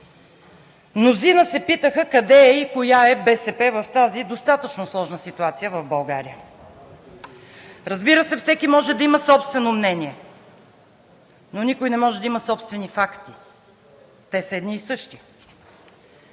мнозина се питаха къде е и коя е БСП в тази достатъчно сложна ситуация в България. Разбира се, всеки може да има собствено мнение, но никой не може да има собствени факти, те са едни и същи.